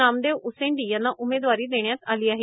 नामदेव उसेंडी यांना उमेदवारी देण्यात आली आहे